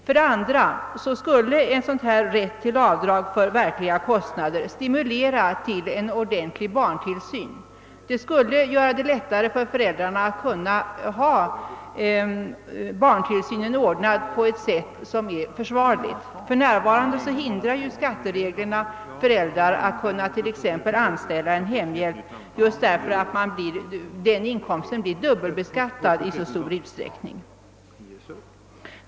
För det andra skulle en sådan rätt till avdrag för verkliga kostnader stimulera till en ordentlig barntillsyn. Därigenom skulle man underlätta för föräldrarna att ordna barntillsynen på ett sätt som är försvarligt — för närvarande hindrar skattereglerna föräldrar att t.ex. anställa en hemhjälp just därför att denna del av inkomsten blir dubbelbeskattad i så stor utsträckning.